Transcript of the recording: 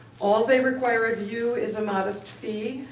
all they require of you is a modest fee,